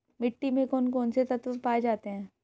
मिट्टी में कौन कौन से तत्व पाए जाते हैं?